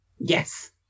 Yes